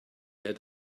had